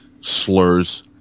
slurs